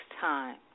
time